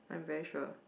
I'm very sure